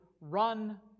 run